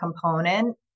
component